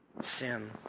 sin